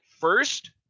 first